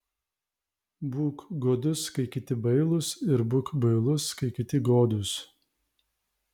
būk godus kai kiti bailūs ir būk bailus kai kiti godūs